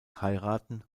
heiraten